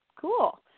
Cool